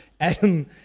Adam